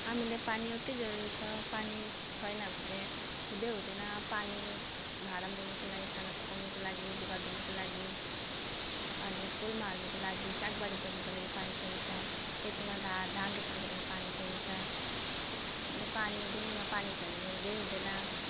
हामीलाई पानी अति जरुरी छ पानी छैन भने चाहिँ हुँदै हुँदैन पानी भाँडा मोल्नुको लागि खाना पकाउनुको लागि लुगा धुनुको लागि पानी फुलमा हाल्नुको लागि सागबारी गर्नुको लागि पानी चाहिन्छ खेतमा धान धान रोप्नुको लागि पानी चाहिन्छ अनि त पानी दुनियामा पानी छैन भने हुँदै हुँदैन